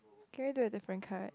can I do at the friend cut